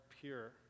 pure